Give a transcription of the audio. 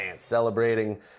celebrating